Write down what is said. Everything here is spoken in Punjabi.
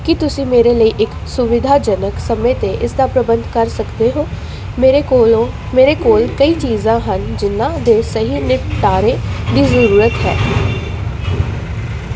ਕੀ ਤੁਸੀਂ ਮੇਰੇ ਲਈ ਇੱਕ ਸੁਵਿਧਾਜਨਕ ਸਮੇਂ 'ਤੇ ਇਸ ਦਾ ਪ੍ਰਬੰਧ ਕਰ ਸਕਦੇ ਹੋ ਮੇਰੇ ਕੋਲੋਂ ਮੇਰੇ ਕੋਲ ਕਈ ਚੀਜ਼ਾਂ ਹਨ ਜਿਨ੍ਹਾਂ ਦੇ ਸਹੀ ਨਿਪਟਾਰੇ ਦੀ ਜ਼ਰੂਰਤ ਹੈ